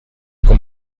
qu’on